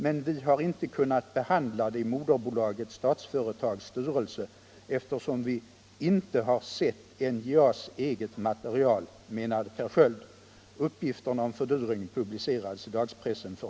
Men vi har inte kunnat behandla det i moderbolaget Statsföretags styrelse eftersom vi inte har sett NJA:s eget material, menade Per Sköld.